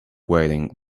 waiting